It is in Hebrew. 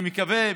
אני מקווה.